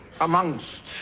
amongst